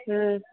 ம்